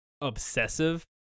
obsessive